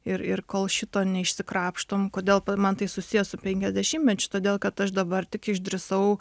ir ir kol šito neišsikrapštom kodėl man tai susiję su penkiasdešimtmečiu todėl kad aš dabar tik išdrįsau